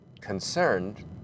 concerned